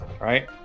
right